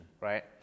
right